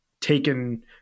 taken